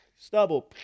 stubble